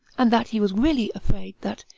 and that he was really afraid that,